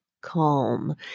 calm